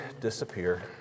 disappear